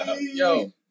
Yo